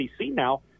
now